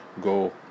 go